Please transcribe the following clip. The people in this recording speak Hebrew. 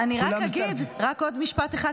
רק עוד משפט אחד,